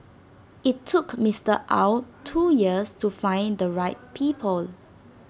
IT took Mister Ow two years to find the right people